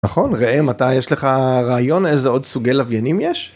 נכון ראם, אתה יש לך רעיון איזה עוד סוגי לווינים יש?